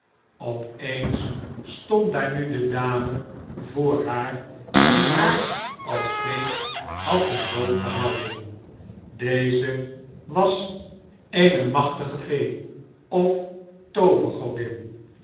op eens stond daar nu de dame voor haar die haar als peet had ten doop gehouden deze was eene magtige fee of